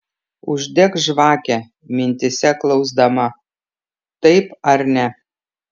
uždek žvakę mintyse klausdama taip ar ne